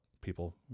people